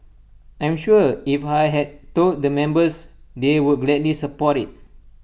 I'm sure if I had told the members they would gladly support IT